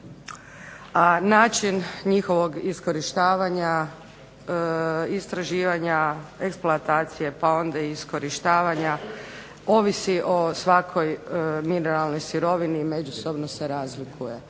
a način njihovog iskorištavanja, istraživanja, eksploatacije pa onda i iskorištavanja ovisi o svakoj mineralnoj sirovini i međusobno se razlikuje.